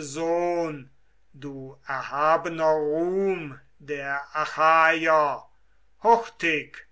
sohn du erhabener ruhm der achaier hurtig